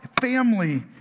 family